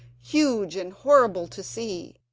huge and horrible to see.